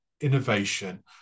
innovation